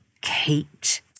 Kate